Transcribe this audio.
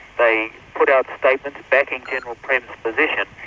they put out statements backing general prem's position,